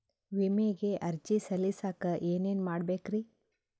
ವಿಮೆಗೆ ಅರ್ಜಿ ಸಲ್ಲಿಸಕ ಏನೇನ್ ಮಾಡ್ಬೇಕ್ರಿ?